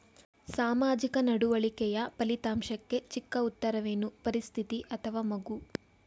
ಸಾಮಾಜಿಕ ನಡವಳಿಕೆಯ ಫಲಿತಾಂಶಕ್ಕೆ ಚಿಕ್ಕ ಉತ್ತರವೇನು? ಪರಿಸ್ಥಿತಿ ಅಥವಾ ಮಗು?